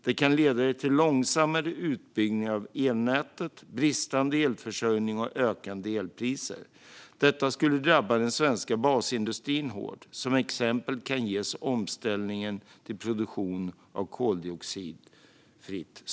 Det kan leda till långsammare utbyggnad av elnätet, bristande elförsörjning och ökande elpriser. Detta skulle drabba den svenska basindustrin hårt. Ett exempel som kan ges är omställningen till koldioxidfri stålproduktion.